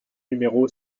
numéro